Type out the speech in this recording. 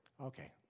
Okay